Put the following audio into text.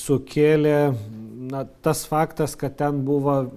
sukėlė na tas faktas kad ten buvo